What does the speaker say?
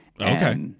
Okay